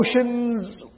emotions